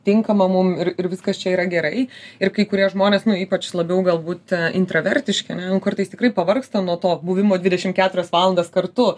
tinkama mum ir ir viskas čia yra gerai ir kai kurie žmonės ypač labiau galbūt intravertiški ane nu kartais tikrai pavargsta nuo to buvimo dvidešim keturias valandas kartu